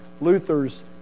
Luther's